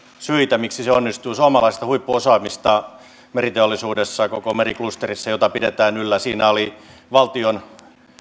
syitä miksi se onnistui suomalaista huippuosaamista meriteollisuudessa koko meriklusterissa jota pidetään yllä siinä oli valtion